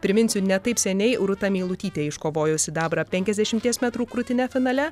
priminsiu ne taip seniai rūta meilutytė iškovojo sidabrą penkiasdešimties metrų krūtine finale